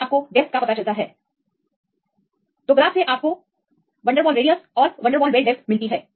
और आप देख सकते हैं कि यह डेप्थ है तो यहाँ से संतुलन दूरी के लिए इसलिए आप देख सकते हैं कि आपको अच्छी तरह से डेप्थ मिल गई है